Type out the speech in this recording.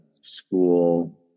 school